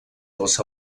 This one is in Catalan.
dels